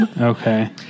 Okay